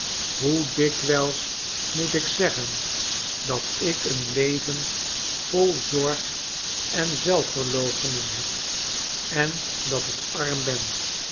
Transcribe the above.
hoe dikwijls moet ik zeggen dat ik een leven vol zorg en zelfverloochening heb en dat ik arm ben